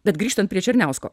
bet grįžtant prie černiausko